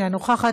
אינה נוכחת,